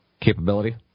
capability